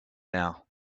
now